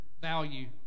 value